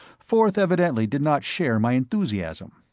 forth evidently did not share my enthusiasm.